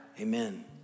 Amen